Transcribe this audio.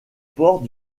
port